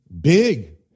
big